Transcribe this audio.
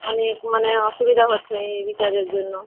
আমি মানে অসুবিধা হচ্ছে এই রিচার্জের জন্য